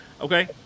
okay